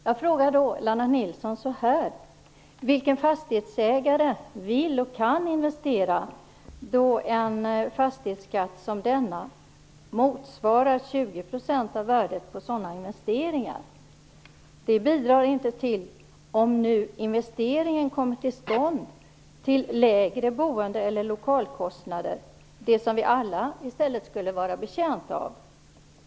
Jag vill fråga Lennart Nilsson: Vilken fastighetsägare vill och kan investera när en fastighetsskatt som denna motsvarar 20 % av värdet på sådana investeringar? Om nu investeringen kommer till stånd bidrar den inte till lägre boende eller lokalkostnader - något som vi alla skulle vara betjänta av.